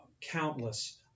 countless